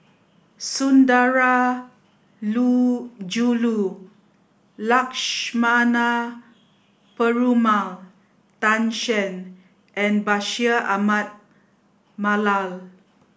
Lakshmana Perumal Tan Shen and Bashir Ahmad Mallal